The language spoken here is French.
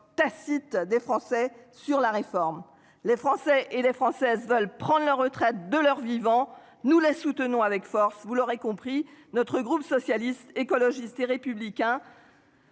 tacite des Français sur la réforme les Français et les Françaises veulent prendre leur retraite de leur vivant, nous la soutenons avec force, vous l'aurez compris, notre groupe socialiste, écologiste et républicain.